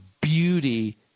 beauty